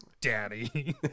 daddy